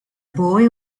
boy